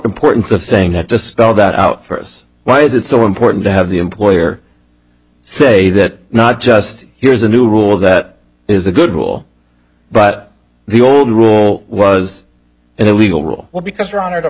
importance of saying that to spell that out for us why is it so important to have the employer say that not just here's a new rule that is a good rule but the old rule was illegal rule well because your honor t